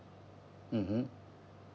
mmhmm